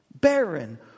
Barren